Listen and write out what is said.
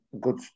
good